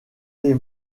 les